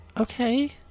Okay